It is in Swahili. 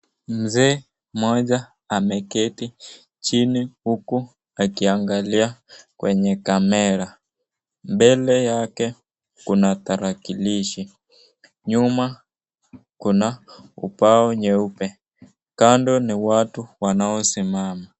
Mzee mmoja ameketi chini huku akiangalia kwenye kamera .Mbele yake kuna tarakilishi, nyuma yake kuna ubao nyeupe. Kando ni watu wanao simama.